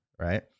right